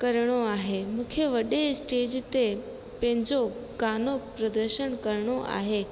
करिणो आहे मूंखे वॾे स्टेज ते पंहिंजो गानो प्रदर्शन करिणो आहे